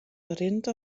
rint